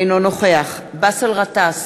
אינו נוכח באסל גטאס,